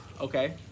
Okay